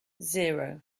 zero